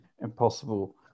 impossible